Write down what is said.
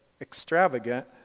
extravagant